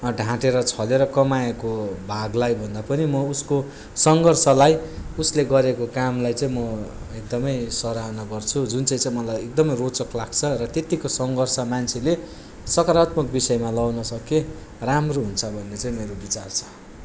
ढाँटेर छलेर कमाएको भागलाई भन्दा पनि म उसको सङ्घर्षलाई उसले गरेको कामलाई चाहिँ म एकदम सराहना गर्छु जुन चाहिँ चाहिँ मलाई एकदम रोचक लाग्छ र त्यतिको सङ्घर्ष मान्छेले सकरात्मक विषयमा लगाउन सके राम्रो हुन्छ भन्ने चाहिँ मेरो विचार छ